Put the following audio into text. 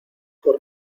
por